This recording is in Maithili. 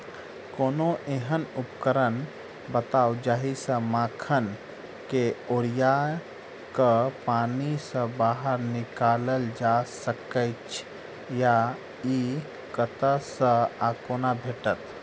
कोनों एहन उपकरण बताऊ जाहि सऽ मखान केँ ओरिया कऽ पानि सऽ बाहर निकालल जा सकैच्छ आ इ कतह सऽ आ कोना भेटत?